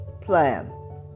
plan